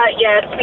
Yes